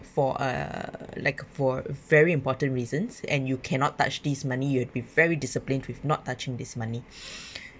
for uh like for a very important reasons and you cannot touch these money you've to be very disciplined with not touching this money